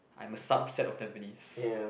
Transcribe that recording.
I'm a subset of Tampines